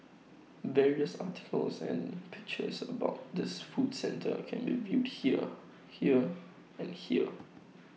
various articles and pictures about this food centre can be viewed here here and here